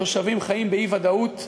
התושבים חיים באי-ודאות.